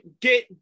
Get